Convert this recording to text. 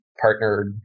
partnered